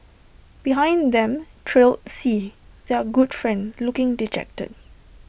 behind them trailed C their good friend looking dejected